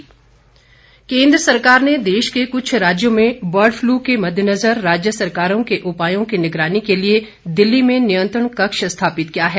बर्डफ्ल केन्द्र सरकार ने देश के कुछ राज्यों में बर्ड फ्लू के मद्देनज़र राज्य सरकारों के उपायों की निगरानी के लिए दिल्ली में नियंत्रण कक्ष स्थापित किया है